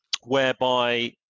whereby